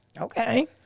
Okay